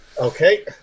Okay